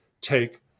take